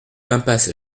impasse